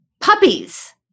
Puppies